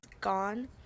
gone